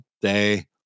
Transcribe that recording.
day